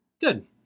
Good